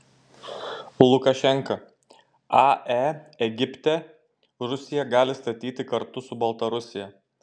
lukašenka ae egipte rusija gali statyti kartu su baltarusija